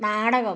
നാടകം